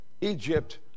Egypt